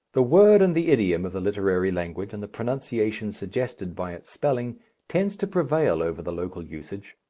the word and the idiom of the literary language and the pronunciation suggested by its spelling tends to prevail over the local usage.